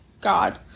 God